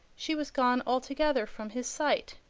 she was gone altogether from his sight.